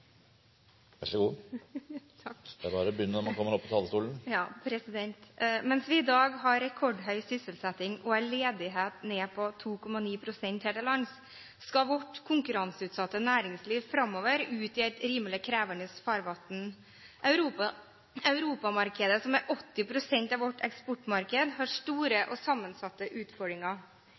Mens vi i dag har rekordhøy sysselsetting og en ledighet ned på 2,9 pst. her til lands, skal vårt konkurranseutsatte næringsliv framover ut i et rimelig krevende farvann. Europa-markedet, som utgjør 80 pst. av vårt eksportmarked, har store og sammensatte utfordringer.